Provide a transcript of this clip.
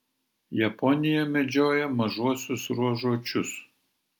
japonija medžioja mažuosiuos ruožuočius